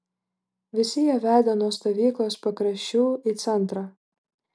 visi jie vedė nuo stovyklos pakraščių į centrą